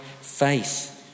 faith